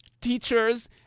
teachers